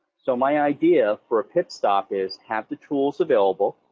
so my idea for a pit stop is have the tools available,